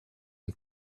and